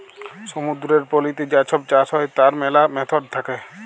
সমুদ্দুরের পলিতে যা ছব চাষ হ্যয় তার ম্যালা ম্যাথড থ্যাকে